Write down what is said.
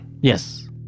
Yes